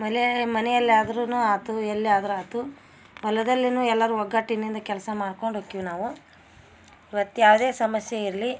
ಆಮೇಲೆ ಮನೆಯಲ್ಲಾದರೂನು ಆತು ಎಲ್ಲಿ ಆದರು ಆತು ಹೊಲದಲ್ಲಿನು ಎಲ್ಲರು ಒಗ್ಗಟ್ಟಿನಿಂದ ಕೆಲಸ ಮಾಡ್ಕೊಂಡು ಹೋಕ್ಕೀವಿ ನಾವು ಮತ್ತೆ ಯಾವುದೇ ಸಮಸ್ಯೆ ಇರಲಿ